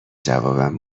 جوابم